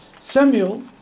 Samuel